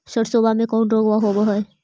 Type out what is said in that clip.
सरसोबा मे कौन रोग्बा होबय है?